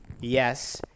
Yes